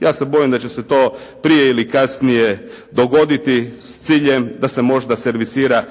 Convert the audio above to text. ja se bojim da će se to prije ili kasnije dogoditi s ciljem da se možda servisira